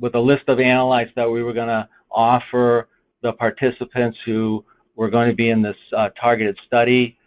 with a list of the analytes that we were gonna offer the participants who were going to be in this targeted study,